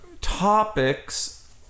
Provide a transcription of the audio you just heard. topics